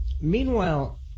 meanwhile